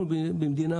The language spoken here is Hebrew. אנחנו במדינה,